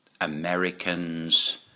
Americans